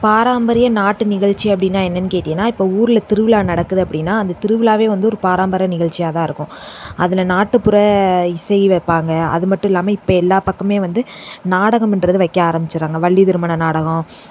பாராம்பரிய நாட்டு நிகழ்ச்சி அப்படின்னா என்னென்று கேட்டிங்கன்னா இப்போ ஊரில் திருவிழா நடக்குது அப்படின்னா அந்த திருவிழாவே வந்து ஒரு பாராம்பரிய நிகழ்ச்சியாக தான் இருக்கும் அதில் நாட்டுப்புற இசை வைப்பாங்க அது மட்டும் இல்லாம இப்போ எல்லா பக்கமே வந்து நாடகம் என்றது வைக்க ஆரம்பிச்சிட்றாங்க வள்ளி திருமண நாடகம்